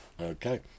Okay